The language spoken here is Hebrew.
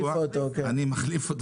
מכם ואתם יכולים לסייע בדבר הזה,